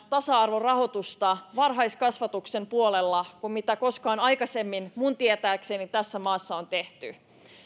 tasa arvorahoitusta varhaiskasvatuksen puolelle merkittävästi enemmän kuin mitä koskaan aikaisemmin minun tietääkseni tässä maassa on tehty